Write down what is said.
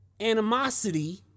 Animosity